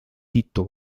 tito